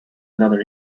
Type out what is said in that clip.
another